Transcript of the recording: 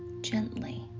gently